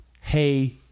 hey